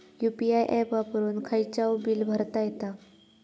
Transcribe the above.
UPI app वापरून खायचाव bill भरता येता